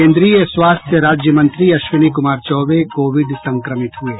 केन्द्रीय स्वास्थ्य राज्य मंत्री अश्विनी कुमार चौबे कोविड संक्रमित हुये